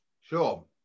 Sure